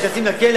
נכנסים לכלא,